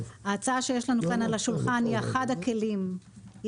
ההצעה שיש לנו כאן על השולחן היא אחד הכלים שמנוי